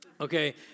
Okay